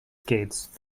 skates